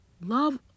love